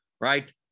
Right